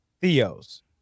Theo's